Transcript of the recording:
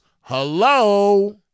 Hello